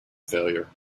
failure